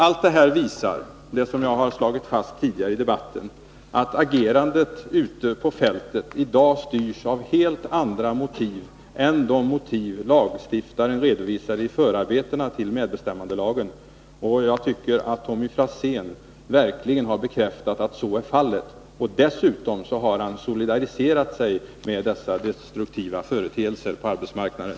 Allt detta visar, som jag har slagit fast tidigare i debatten, att agerandet ute på fältet i dag styrs av helt andra motiv än de motiv som lagstiftaren redovisade i förarbetena till medbestämmandelagen. Jag tycker att Tommy Franzén verkligen har bekräftat att så är fallet och att han dessutom har solidariserat sig med dessa destruktiva företeelser på arbetsmarknaden.